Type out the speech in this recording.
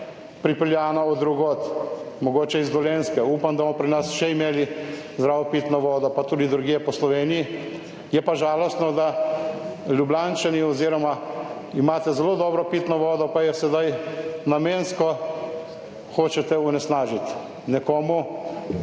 pripeljana od drugod. Mogoče iz Dolenjske. Upam, da bomo pri nas še imeli zdravo pitno vodo, pa tudi drugje po Sloveniji. Je pa žalostno, da Ljubljančani oziroma imate zelo dobro pitno vodo, pa jo sedaj namensko hočete onesnažiti. Nekomu